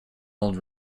old